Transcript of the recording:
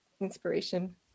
inspiration